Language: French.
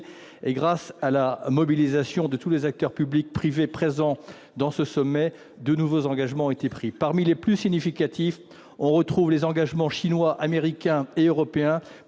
grâce à la mobilisation de tous les acteurs, publics et privés, présents lors de ce sommet. De nouveaux engagements ont été pris. Parmi les plus significatifs, on note les engagements chinois, américains et européens